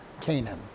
Canaan